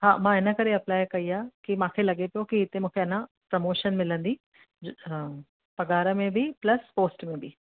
हा मां इन करे अप्लाइ कई आहे कि मूंखे लॻे पियो कि हिते मूंखे अञा प्रमोशन मिलंदी हा पघार में बि प्लस पोस्ट में बि